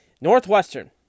Northwestern